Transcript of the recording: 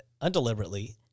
undeliberately